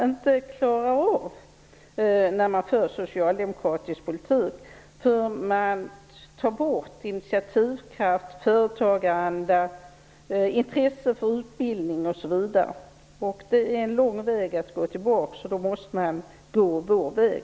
Det är den politiken som Socialdemokraterna inte klarar av. De tar bort initiativkraft, företagaranda, intresse för utbildning osv. Det är en lång väg att gå tillbaka, och då måste man gå vår väg.